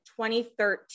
2013